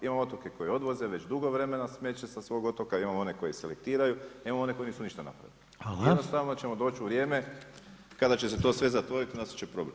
Imamo otoke koji odvoze već dugo vremena smeće sa svog otoka, imamo one koji selektiraju, a imamo one koji nisu ništa napravili [[Upadica Reiner: Hvala.]] Jednostavno ćemo doći u vrijeme kada će se to sve zatvoriti, nastat će problem.